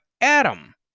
Adam